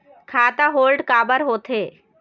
खाता होल्ड काबर होथे?